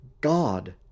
God